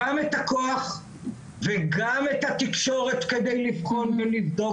גם את הכוח וגם את התקשורת כדי לבחון ולבדוק.